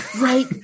right